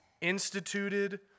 instituted